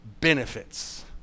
benefits